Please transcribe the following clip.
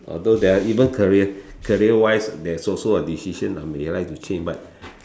although there are even career career wise there is also a decision I may like to change but